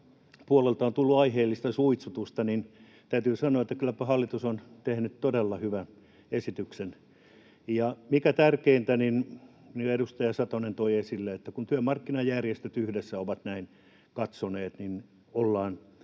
puolelta on tullut aiheellista suitsutusta, täytyy sanoa, että kylläpä hallitus on tehnyt todella hyvän esityksen. Ja mikä tärkeintä, kuten edustaja Satonen toi esille, kun työmarkkinajärjestöt yhdessä ovat tätä katsoneet, niin ollaan